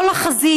כל החזית,